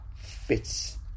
fits